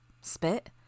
Spit